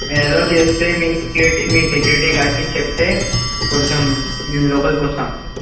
మీరు ఎలో చేస్తే మీ సెక్యూరిటీ మీ సెక్యూరిటీ గార్డ్కి చెప్తే కొంచెం మేము లోపలకి వస్తాం సార్